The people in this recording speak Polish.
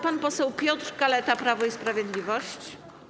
Pan poseł Piotr Kaleta, Prawo i Sprawiedliwość.